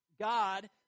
god